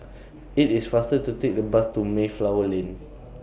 IT IS faster to Take The Bus to Mayflower Lane